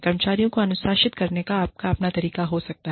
कर्मचारियों को अनुशासित करने का आपका अपना तरीका हो सकता है